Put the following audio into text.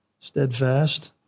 steadfast